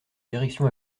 direction